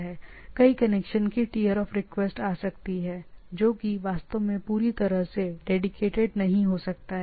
तो कुछ प्रकार के सर्किट का मतलब हो सकता है टीयर ऑफ रिक्वेस्ट और यह वास्तव में ट्रूली डेडीकेटेड नहीं हो सकता है